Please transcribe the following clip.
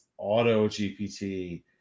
AutoGPT